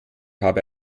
habe